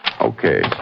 Okay